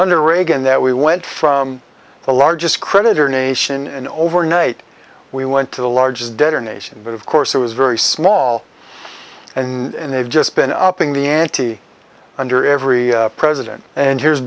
under reagan that we went from the largest creditor nation and overnight we went to the largest debtor nation but of course it was very small and they've just been upping the ante under every president and here's